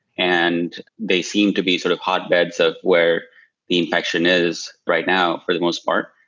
and they seem to be sort of hotbeds of where the infection is right now for the most part.